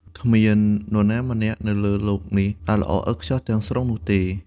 គ្មាននរណាម្នាក់នៅលើលោកនេះដែលល្អឥតខ្ចោះទាំងស្រុងនោះទេ។